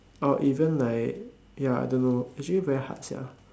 or even like ya I don't know actually very hard sia